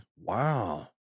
Wow